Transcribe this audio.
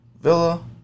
Villa